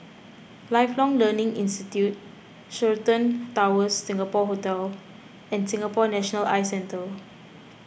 Lifelong Learning Institute Sheraton Towers Singapore Hotel and Singapore National Eye Centre